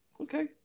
Okay